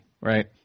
right